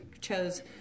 chose